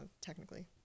technically